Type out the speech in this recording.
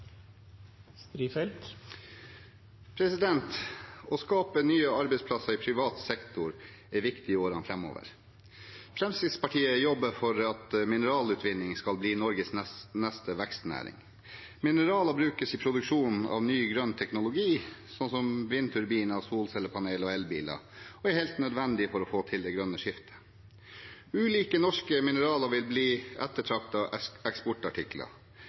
lenger fortsette. Å skape nye arbeidsplasser i privat sektor er viktig i årene framover. Fremskrittspartiet jobber for at mineralutvinning skal bli Norges neste vekstnæring. Mineraler brukes i produksjonen av ny grønn teknologi, som vindturbiner, solcellepaneler og elbiler, og er helt nødvendig for å få til det grønne skiftet. Ulike norske mineraler vil bli